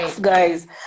guys